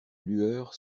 lueur